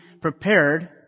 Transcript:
prepared